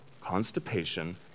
constipation